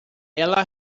ela